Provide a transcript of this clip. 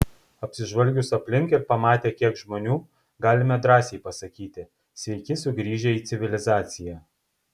apsižvalgius aplink ir pamatę kiek žmonių galime drąsiai pasakyti sveiki sugrįžę į civilizaciją